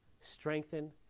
strengthen